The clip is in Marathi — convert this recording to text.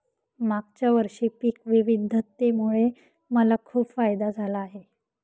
मागच्या वर्षी पिक विविधतेमुळे मला खूप फायदा झाला आहे